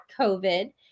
COVID